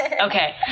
Okay